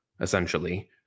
essentially